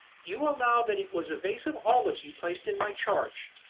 you allow that it was a vase of olives you placed in my charge.